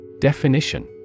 Definition